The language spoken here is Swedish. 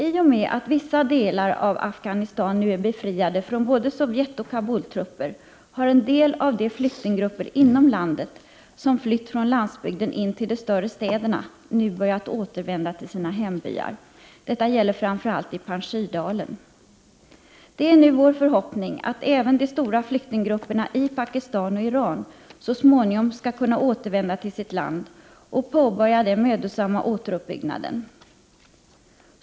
I och med att vissa delar av Afghanistan nu är befriade från både Sovjetoch Kabultrupper har en del av de flyktinggrupper inom landet som flytt från landsbygden till de större städerna nu börjat återvända till sina hembyar. Detta gäller framför allt i Panshirdalen. Det är nu vår förhoppning att även de stora flyktinggrupperna i Pakistan och Iran så småningom skall kunna återvända hem och påbörja den mödosamma återuppbyggnaden.